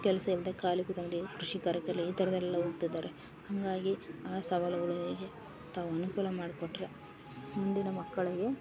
ಕೆಲ್ಸ ಇಲ್ಲದೆ ಖಾಲಿ ಕೂತ್ಕಂಡು ಕೃಷಿ ಕಾರ್ಯದಲ್ಲಿ ಈ ಥರದೆಲ್ಲ ಹೋಗ್ತಿದ್ದಾರೆ ಹಂಗಾಗಿ ಆ ಸವಾಲುಗಳು ಹೇಗೆ ತಾವು ಅನುಕೂಲ ಮಾಡಿಕೊಟ್ರೆ ಮುಂದಿನ ಮಕ್ಕಳಿಗೆ